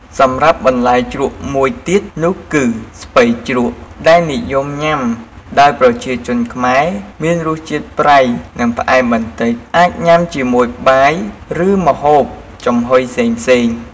សម្រាប់បន្លែជ្រក់មួយទៀតនោះគឺ ស្ពៃជ្រក់ដែលនិយមញុំាដោយប្រជាជនខ្មែរមានរសជាតិប្រៃនិងផ្អែមបន្តិច អាចញាំជាមួយបាយ ឬម្ហូបចំហុយផ្សេងៗ។